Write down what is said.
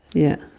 yeah.